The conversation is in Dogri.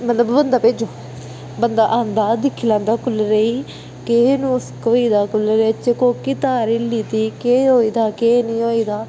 मतलब बंदा भेजो बंदा आंदा दिक्खी लेदा कूलर गी केह् नुक्स होई गेदा ओहदे बिच कोह्की तार हिल्ली दी केह होऐ दा केह नेई होऐ दा